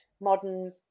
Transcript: modern